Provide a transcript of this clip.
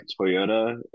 Toyota